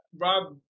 Rob